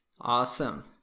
Awesome